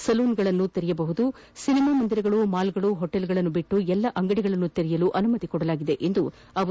ಸಲೂನ್ಗಳನ್ನು ತೆರೆಯಬಹುದಾಗಿದ್ದು ಸಿನಿಮಾ ಮಂದಿರಗಳು ಮಾಲ್ಗಳು ಹೋಟೆಲ್ಗಳನ್ನು ಹೊರತುಪಡಿಸಿ ಎಲ್ಲಾ ಅಂಗಡಿಗಳನ್ನು ತೆರೆಯಲು ಅನುಮತಿ ನೀಡಲಾಗಿದೆ ಎಂದರು